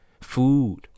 Food